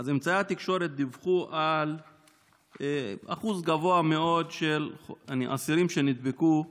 אמצעי התקשורת דיווחו על אחוז גבוה מאוד של אסירים שנדבקו,